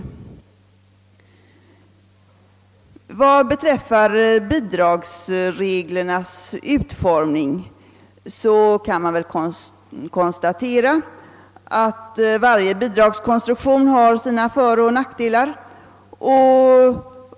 Beträffande bidragsreglernas utformning kan väl konstateras att varje bidragskonstruktion har sina föroch nackdelar.